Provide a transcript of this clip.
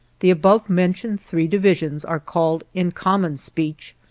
the above-mentioned three divisions are called in common speech,